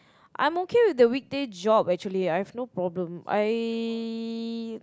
I'm okay with the weekday job actually I have no problem I